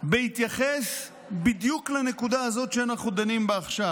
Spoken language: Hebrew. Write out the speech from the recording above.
ישראל בהתייחס בדיוק לנקודה הזאת שאנחנו דנים בה עכשיו.